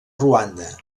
ruanda